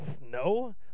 no